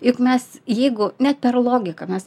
juk mes jeigu net per logiką mes